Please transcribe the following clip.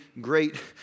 great